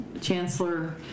chancellor